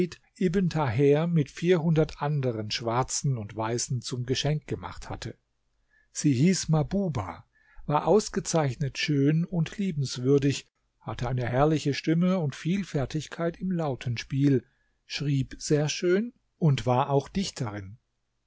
taher mit vierhundert anderen schwarzen und weißen zum geschenk gemacht hatte sie hieß mahbubah war ausgezeichnet schön und liebenswürdig hatte eine herrliche stimme und viel fertigkeit im lautenspiel schrieb sehr schön und war auch dichterin